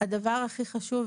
הדבר הכי חשוב,